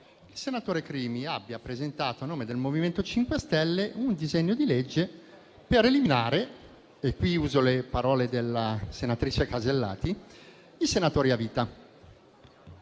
il senatore Crimi abbia presentato a nome del MoVimento 5 Stelle un disegno di legge per eliminare - e qui uso le parole della senatrice Casellati - i senatori a vita.